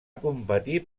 competir